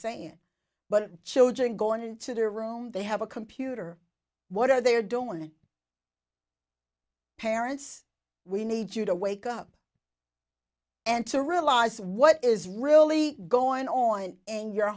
saying but children going into their room they have a computer what are they are doing parents we need you to wake up and to realize what is really going on in your